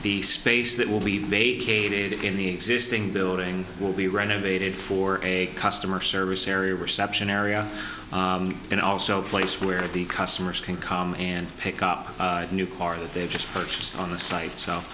the space that will be vacated in the existing building will be renovated for a customer service area reception area and also place where the customers can come and pick up a new car that they've just purchased on the site so